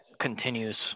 continues